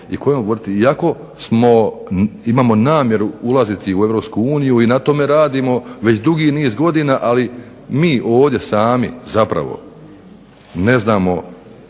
smo, imamo namjeru ulaziti u EU i na tome radimo već dugi niz godina, ali mi ovdje sami zapravo ne znamo